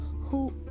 Who